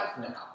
now